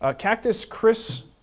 ah cactuschrismakes?